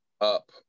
up